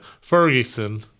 Ferguson